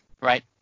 right